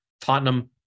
Tottenham